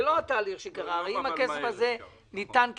אם הכסף הזה ניתן כפיצוי,